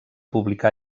publicà